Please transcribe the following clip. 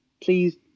please